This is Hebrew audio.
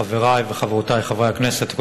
חברי וחברותי חברי הכנסת,